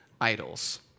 idols